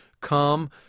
come